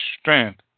strength